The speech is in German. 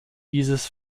dieses